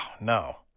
no